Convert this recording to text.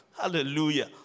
Hallelujah